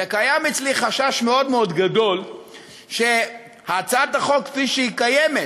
קיים אצלי חשש גדול מאוד מאוד שהצעת החוק כפי שהיא קיימת,